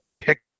pick